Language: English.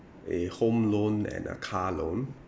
a home loan and a car loan